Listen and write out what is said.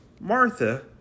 Martha